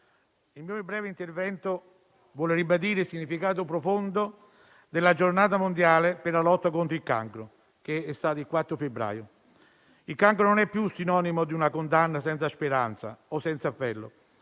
il mio breve intervento vuole ribadire il significato profondo della Giornata mondiale per la lotta contro il cancro, svoltasi il 4 febbraio. Il cancro non è più il sinonimo di una condanna senza speranza o senza appello.